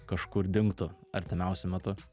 kažkur dingtų artimiausiu metu